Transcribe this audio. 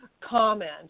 comment